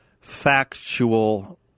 factual